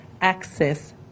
access